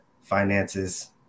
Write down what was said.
finances